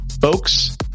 folks